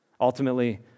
Ultimately